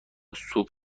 سوپ